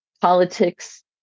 politics